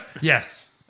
Yes